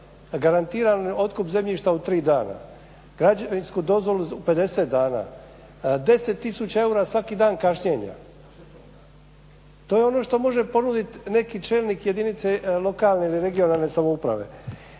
garantiran otkup zemljišta u tri dana, građevinsku dozvolu u 50 dana, 10 tisuća eura svaki dan kašnjenja. To je ono što može ponuditi neki čelnik jedinice lokalne ili regionalne samouprave.